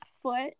foot